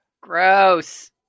Gross